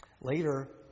Later